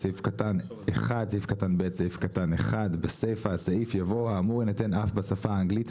בסעיף קטן (1)(ב)(1) בסיפה הסעיף יבוא "האמור יינתן אף בשפה האנגלית,